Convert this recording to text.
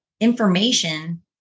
information